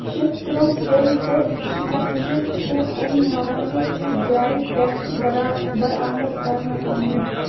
شستٕروٗ كِل تہٕ شِكنٛجہِ چھِ اَمہِ محلہِ چہِ جایہِ پٮ۪ٹھٕ برابر آمُت كرنہٕ آمٕتۍ